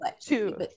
two